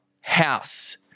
house